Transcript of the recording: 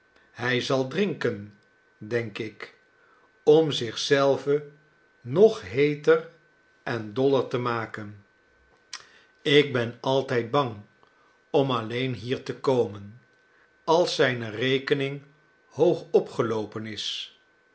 hij zal drinken denk ik om zich zelven nog heeter en doller te maken ik nelly ben altijd bang om alleen hier te komen als zijne rekening hoog opgeloopen is